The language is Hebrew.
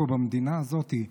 במדינה הזאת.